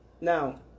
Now